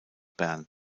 bern